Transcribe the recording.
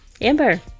Amber